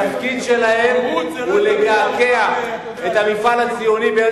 התפקיד שלהן הוא לקעקע את המפעל הציוני.